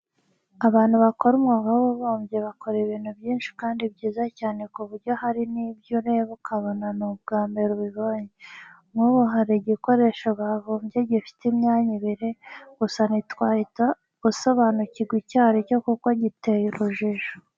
Abantu bakora umwuga w'ububumbyi bakora ibintu byinshi kandi byiza cyane ku buryo hari n'ibyo ureba ukabona ni ubwa mbere ubibonye. Nk'ubu hari igikoresho babumbye gufite imyanya ibiri, gusa ntiwahita usobanukirwa icyo ari cyo kuko giteye urujijo.